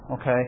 okay